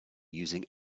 using